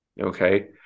Okay